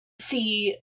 see